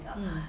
mm